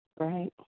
Right